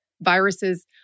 viruses